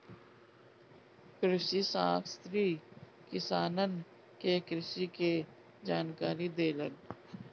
कृषिशास्त्री किसानन के कृषि के जानकारी देलन